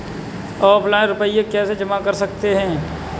Offline रुपये कैसे जमा कर सकते हैं?